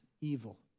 evil